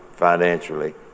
Financially